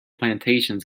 plantations